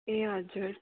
ए हजुर